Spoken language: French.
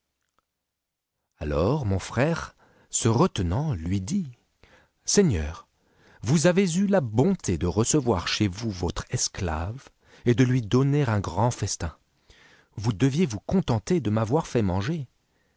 alors mon frère se retenant lui dit a seigneur vous avez eu la bonté de recevoir chez vous votre esclave et de lui donner un grand festin vous deviez vous contenter de m'avoir fait manger